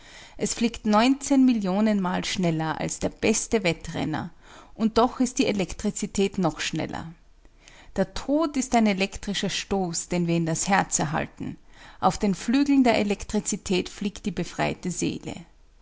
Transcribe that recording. es fliegt neunzehn millionen mal schneller als der beste wettrenner und doch ist die elektrizität noch schneller der tod ist ein elektrischer stoß den wir in das herz erhalten auf den flügeln der elektrizität fliegt die befreite seele